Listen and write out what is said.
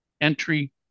entry